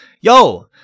yo